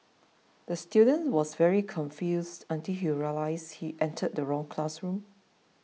the student was very confused until he realised he entered the wrong classroom